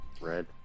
Red